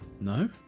No